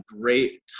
great